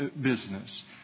business